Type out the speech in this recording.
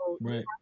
Right